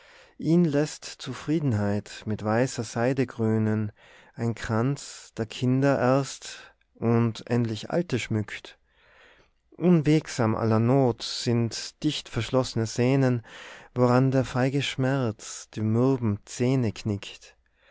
ihn lässt zufriedenheit mit weißer seide krönen ein kranz der kinder erst und endlich alte schmückt unwegsam aller not sind dicht verschlossne sänen woran der feige schmerz die mürben zähne knickt